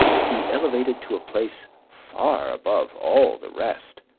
he elevated to a place far above all the rest,